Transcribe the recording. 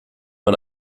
man